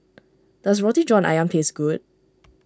does Roti John Ayam tastes good